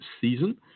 season